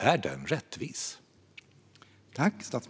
Är den rättvis?